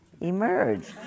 emerge